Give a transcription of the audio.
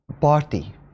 party